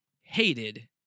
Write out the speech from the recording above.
hated